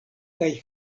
kaj